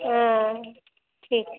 आँ ठीक